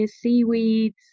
seaweeds